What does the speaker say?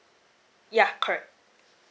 yeah correct